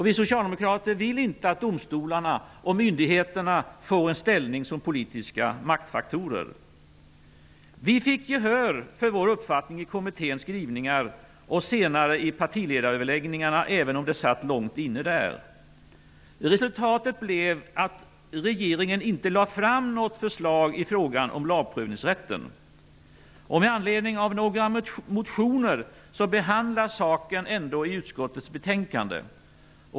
Vi socialdemokrater vill inte att domstolarna och myndigheterna skall få en ställning som politiska maktfaktorer. Vi fick gehör för vår uppfattning i kommitténs skrivningar och senare i partiledaröverläggningarna, även om det satt långt inne där. Resultatet blev att regeringen inte lade fram något förslag i frågan om lagprövningsrätten. Med anledning av några motioner behandlas saken ändå i utskottets betänkande.